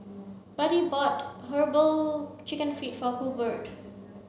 Buddy bought herbal chicken feet for Hurbert